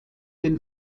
den